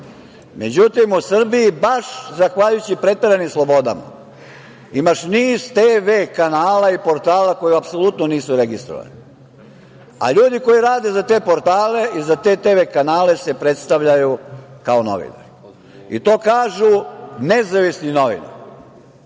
mediji.Međutim, o Srbiji baš zahvaljujući preteranim slobodama, imaš niz TV kanala i portala koji apsolutno nisu registrovane, a ljudi koji rade za te portale i za te TV kanale se predstavljaju kao novinari i to kažu, nezavisni novinari.